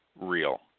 real